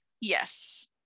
yes